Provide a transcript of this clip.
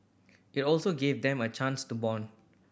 it also gave them a chance to bond